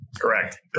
correct